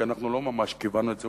כי אנחנו לא ממש כיוונו את זה,